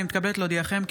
אני מתכבדת להודיעכם,